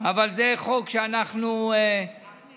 אבל זה חוק שאנחנו סבורים